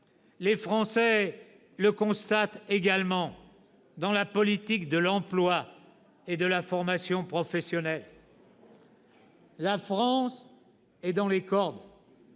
les Français le constatent également dans les politiques de l'emploi et de la formation professionnelle. « La France est dans les cordes,